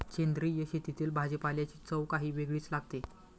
सेंद्रिय शेतातील भाजीपाल्याची चव काही वेगळीच लागते